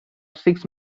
six